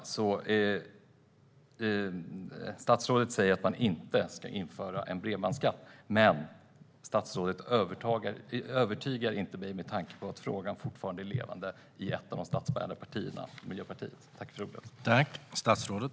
Statsrådet säger att regeringen inte ska införa en bredbandsskatt. Men statsrådet övertygar inte mig med tanke på att frågan fortfarande är levande i ett av de statsbärande partierna, Miljöpartiet.